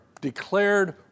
declared